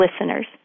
listeners